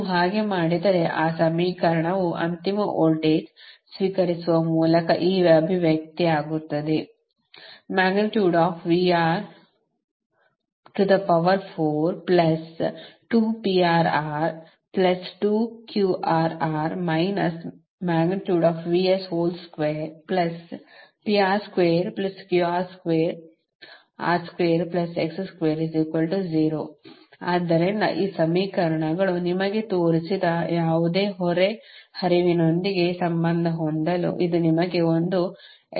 ನೀವು ಹಾಗೆ ಮಾಡಿದರೆ ಆ ಸಮೀಕರಣವು ಅಂತಿಮ ವೋಲ್ಟೇಜ್ ಸ್ವೀಕರಿಸುವ ಮೂಲಕ ಈ ಅಭಿವ್ಯಕ್ತಿ ಆಗುತ್ತದೆ ಆದ್ದರಿಂದಈ ಸಮೀಕರಣಗಳು ನಿಮಗೆ ತೋರಿಸಿದ ಯಾವುದೇ ಹೊರೆ ಹರಿವಿನೊಂದಿಗೆ ಸಂಬಂಧ ಹೊಂದಲು ಇದು ನಿಮಗೆ ಒಂದು ವ್ಯಾಯಾಮವಾಗಿದೆ